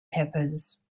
peppers